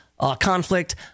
conflict—